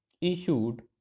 issued